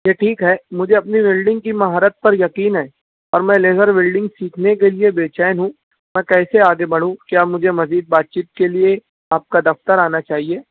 یہ ٹھیک ہے مجھے اپنی ولڈنگ کی مہارت پر یقین ہے اور میں لیزر ولڈنگ سیکھنے کے لیے بےچین ہوں میں کیسے آگے بڑھوں کیا مجھے مزید بات چیت کے لیے آپ کا دفتر آنا چاہیے